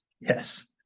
Yes